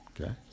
okay